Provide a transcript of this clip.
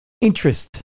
interest